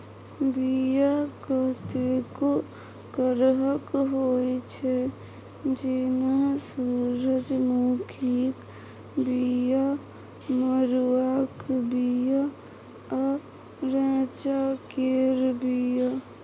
बीया कतेको करहक होइ छै जेना सुरजमुखीक बीया, मरुआक बीया आ रैंचा केर बीया